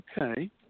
Okay